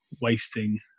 wasting